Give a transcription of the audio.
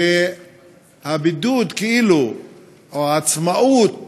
שהבידוד או העצמאות